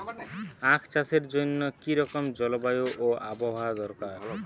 আখ চাষের জন্য কি রকম জলবায়ু ও আবহাওয়া দরকার?